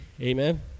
Amen